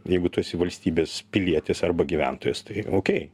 jeigu tu esi valstybės pilietis arba gyventojas tai okei